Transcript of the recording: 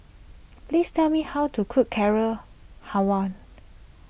please tell me how to cook Carrot Halwa